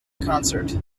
concert